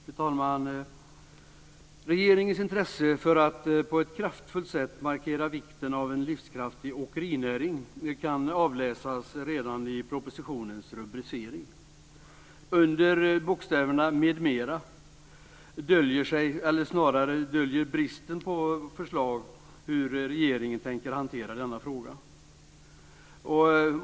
Fru talman! Regeringens intresse för att på ett kraftfullt sätt markera vikten av en livskraftig åkerinäring kan avläsas redan i propositionens rubrik. Bokstäverna "m.m." döljer bristen på förslag när det gäller regeringens hantering av denna fråga.